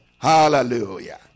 Hallelujah